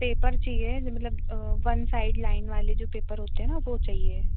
paper चाहिए है जो मतलब वन साइड लाइन वाले जो पेपर होते हैं ना वह चाहिए हैं